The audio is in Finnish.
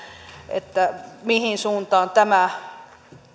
että mihin suuntaan tämä